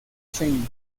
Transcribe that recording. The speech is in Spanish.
shane